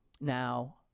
now